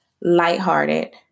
lighthearted